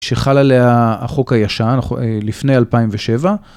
שחל עליה החוק הישן לפני 2007